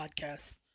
podcasts